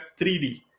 3D